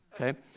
Okay